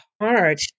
hard